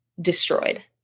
destroyed